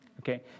okay